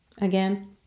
Again